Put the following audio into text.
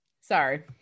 Sorry